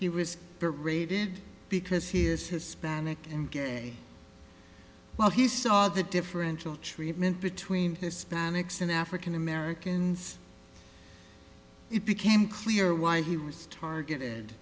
was rated because he is hispanic and gay well he saw the differential treatment between hispanics and african americans it became clear why he was targeted